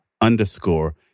underscore